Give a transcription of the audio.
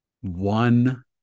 one